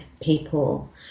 people